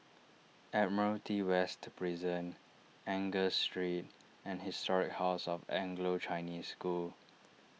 Admiralty West Prison Angus Street and Historic House of Anglo Chinese School